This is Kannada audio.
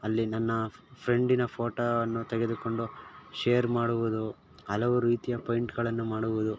ಅಲ್ಲಿ ನನ್ನ ಫ್ರೆಂಡಿನ ಫೋಟೋವನ್ನು ತೆಗೆದುಕೊಂಡು ಶೇರ್ ಮಾಡುವುದು ಹಲವು ರೀತಿಯ ಪೈಂಟ್ಗಳನ್ನು ಮಾಡುವುದು